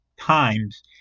times